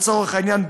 לצורך העניין,